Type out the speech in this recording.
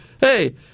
hey